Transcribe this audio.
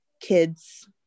kids